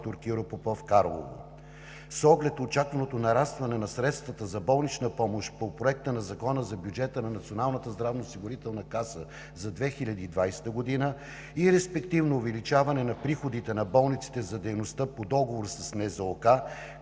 Киро Попов“ – Карлово. С оглед очакваното нарастване на средствата за болнична помощ по Проекта на закона за бюджета на Националната здравноосигурителна каса за 2020 г. и респективно увеличаване на приходите на болниците за дейността по договор с НЗОК,